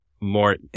more